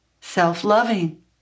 self-loving